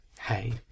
hey